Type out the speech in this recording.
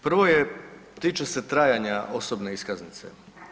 Prvo je, tiče se trajanja osobne iskaznice.